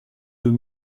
deux